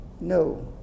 no